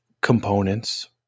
components